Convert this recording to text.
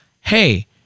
Hey